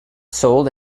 sold